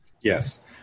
Yes